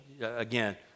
again